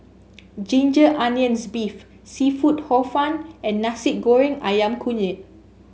Ginger Onions beef seafood Hor Fun and Nasi Goreng ayam Kunyit